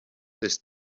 this